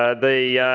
ah the